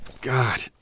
God